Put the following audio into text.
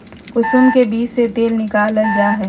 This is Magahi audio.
कुसुम के बीज से तेल निकालल जा हइ